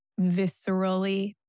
viscerally